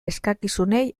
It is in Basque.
eskakizunei